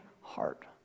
heart